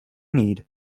need